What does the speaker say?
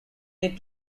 need